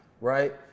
right